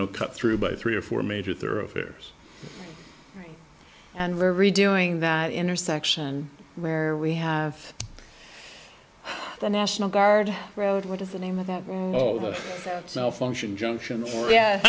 know cut through by three or four major thoroughfares and we're redoing that intersection where we have the national guard road which is the name of the cell function junction yeah